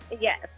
Yes